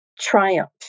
triumph